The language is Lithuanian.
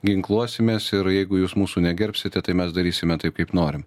ginkluosimės ir jeigu jūs mūsų negerbsite tai mes darysime taip kaip norim